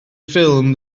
ffilm